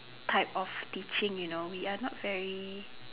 type of teaching you know we are not very